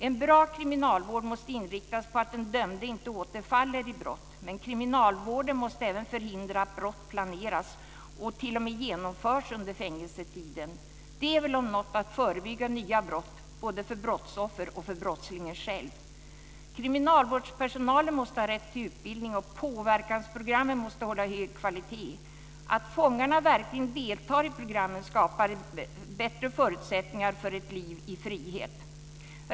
En bra kriminalvård måste inriktas på att den dömde inte återfaller i brott, men kriminalvården måste även förhindra att brott planeras och t.o.m. genomförs under fängelsetiden. Det är väl om något att förebygga nya brott både för brottsoffer och för brottslingen själv. Kriminalvårdspersonalen måste ha rätt till utbildning, och påverkansprogrammen måste hålla hög kvalitet. Att fångarna verkligen deltar i programmen skapar bättre förutsättningar för ett liv i frihet.